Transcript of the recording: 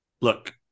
look